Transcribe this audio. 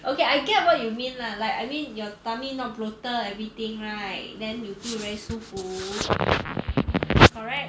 okay I get what you mean lah like I mean your tummy not bloated everything right then you feel very 舒服 correct